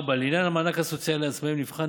5. לעניין המענק הסוציאלי לעצמאים נבחן